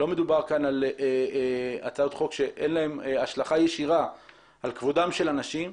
לא מדובר כאן על הצעות חוק שאין להן השלכה ישירה על כבודם של אנשים.